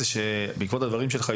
בעקבות הדברים שלך,